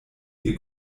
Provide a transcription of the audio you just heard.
ihr